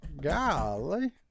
Golly